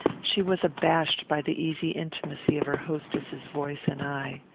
she was abashed by the easy intimacy of her hostess's voice and eye.